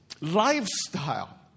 lifestyle